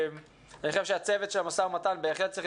אני חושב שהצוות של המשא ומתן בהחלט צריך